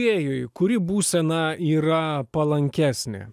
kuri būsena yra palankesnė